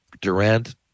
Durant